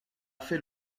fait